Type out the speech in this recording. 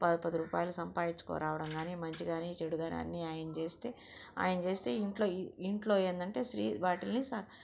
పది పది రూపాయలు సంపాదించుకో రావడం కాని మంచి కాని చెడు కాని అన్ని ఆయన చేస్తే ఆయన చేస్తే ఇంట్లో ఇంట్లో ఏందంటే శ్రీ వాటిని